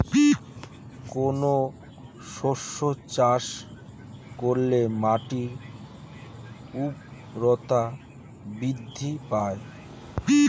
কোন শস্য চাষ করলে মাটির উর্বরতা বৃদ্ধি পায়?